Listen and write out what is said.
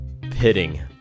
Pitting